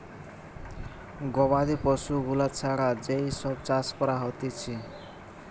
গবাদি পশু গুলা ছাড়া যেই সব চাষ করা হতিছে